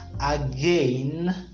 again